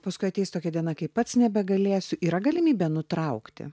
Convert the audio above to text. paskui ateis tokia diena kai pats nebegalėsiu yra galimybė nutraukti